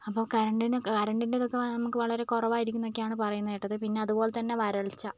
അപ്പോൾ കറൻറ്റ്ന് കറൻറ്റെതൊക്കെ നമുക്ക് വളരെ കുറവായിരിക്കുംന്നൊക്കെയാണ് പറയുന്നത് കേട്ടത് പിന്നെ അതുപോലെതന്നെ വരൾച്ച